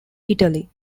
italy